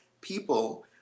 people